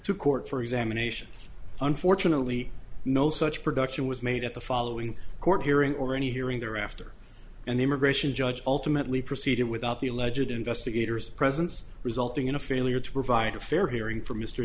to court for examination unfortunately no such production was made at the following court hearing or any hearing thereafter and the immigration judge ultimately proceeded without the alleged investigator's presence resulting in a failure to provide a fair hearing for m